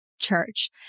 church